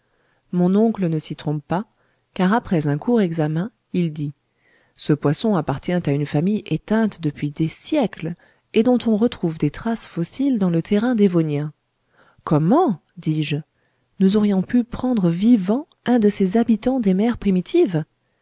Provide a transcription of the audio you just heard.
mon oncle ne s'y trompe pas car après un assez court examen il dit ce poisson appartient à une famille éteinte depuis des siècles et dont on retrouve des traces fossiles dans le terrain dévonien comment dis-je nous aurions pu prendre vivant un de ces habitants des mers primitives